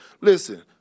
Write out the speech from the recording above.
Listen